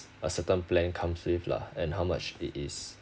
a certain plan comes with lah and how much it is